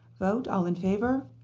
vote, all in favor.